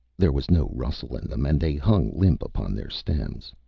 there was no rustle in them and they hung limp upon their stems.